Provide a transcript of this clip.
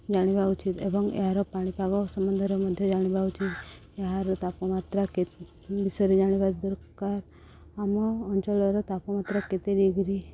ଜାଣିବା ଉଚିତ ଏବଂ ଏହାର ପାଣିପାଗ ସମ୍ବନ୍ଧରେ ମଧ୍ୟ ଜାଣିବା ଉଚିତ୍ ଏହାର ତାପମାତ୍ରା କେ ବିଷୟରେ ଜାଣିବା ଦରକାର ଆମ ଅଞ୍ଚଳର ତାପମାତ୍ରା କେତେ ଡିଗ୍ରୀ